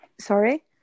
Sorry